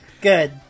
Good